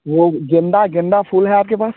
वो गेंदा गेंदा फूल है आपके पास